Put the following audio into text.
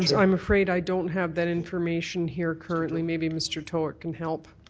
um i'm afraid i don't have that information here currently. maybe mr. tort can help.